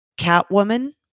Catwoman